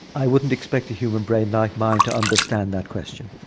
i wouldn't expect a human brain like mine to understand that question.